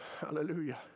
Hallelujah